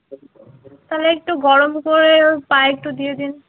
তাহলে একটু গরম করে ওর পায়ে একটু দিয়ে দিন